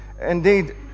Indeed